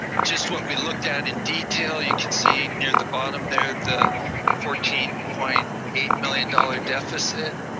just what we looked at in detail. you could see near the bottom there the fourteen point eight million dollars deficit.